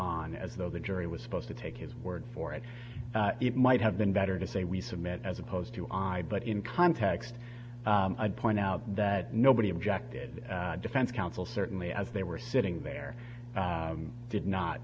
on as though the jury was supposed to take his word for it it might have been better to say we submit as opposed to i but in context i'd point out that nobody objected defense counsel certainly as they were sitting there did not